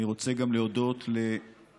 אני רוצה גם להודות לרבים,